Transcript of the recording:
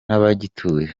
n’abagituye